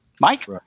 Mike